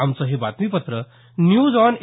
आमचं हे बातमीपत्र न्यूज ऑन ए